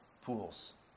pools